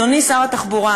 אדוני שר התחבורה,